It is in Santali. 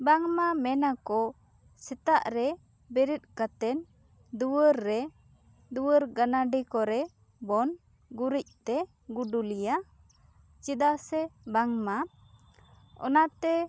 ᱵᱟᱝ ᱢᱟ ᱢᱮᱱ ᱟᱠᱚ ᱥᱮᱛᱟᱜ ᱨᱮ ᱵᱮᱨᱮᱫ ᱠᱟᱛᱮᱫ ᱫᱩᱣᱟᱹᱨ ᱨᱮ ᱫᱩᱣᱟᱹᱨ ᱜᱟᱱᱟᱰᱤ ᱠᱚᱨᱮ ᱵᱚᱱ ᱜᱩᱨᱤᱡ ᱛᱮ ᱜᱩᱰᱩᱞᱤᱭᱟ ᱪᱮᱫᱟᱜ ᱥᱮ ᱵᱟᱝ ᱢᱟ ᱚᱱᱟᱛᱮ